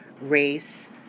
race